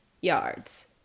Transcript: yards